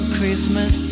Christmas